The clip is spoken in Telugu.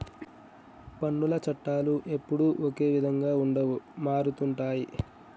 పన్నుల చట్టాలు ఎప్పుడూ ఒకే విధంగా ఉండవు మారుతుంటాయి